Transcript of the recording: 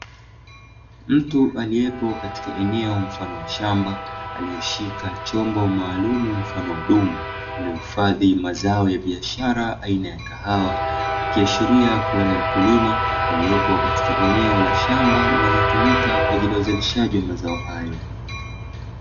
Mtu aliepo katika eneo mfano wa shamba, alieshika chombo maalum mfano wa dumu, ulio hifadhi mazao ya biashara aina ya kahawa, ikiashiria kuwa ni mkulima aliopo katika eneo la shamba linalotumika kwaajili ya uzalishaji wa mazao hayo.